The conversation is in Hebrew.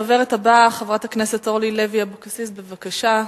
הדוברת הבאה, חברת הכנסת אורלי לוי אבקסיס, בבקשה.